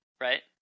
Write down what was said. right